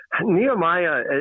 Nehemiah